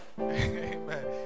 Amen